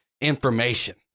information